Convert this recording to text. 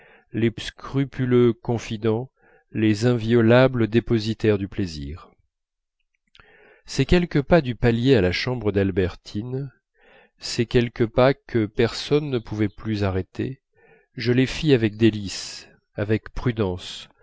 les scrupuleux confidents les inviolables dépositaires du plaisir ces quelques pas du palier à la chambre d'albertine ces quelques pas que personne ne pouvait plus arrêter je les fis avec délices avec prudence